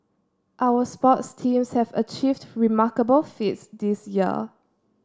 our sports teams have achieved remarkable feats this year